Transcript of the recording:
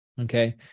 okay